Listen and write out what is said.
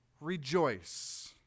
rejoice